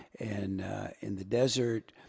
and in the desert.